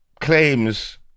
claims